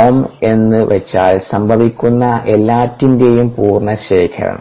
ഓം എന്നു വച്ചാൽസംഭവിക്കുന്ന എല്ലാറ്റിന്റെയും പൂർണ്ണ ശേഖരം